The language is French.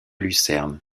lucerne